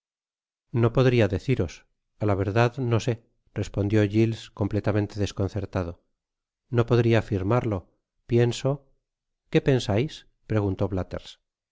no podria deciros a la verdad no sé respondió giles completamente desconcertado no podria afirmarlo pienso qué pensais preguntó